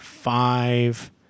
Five